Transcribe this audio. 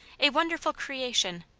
a wonderful creation,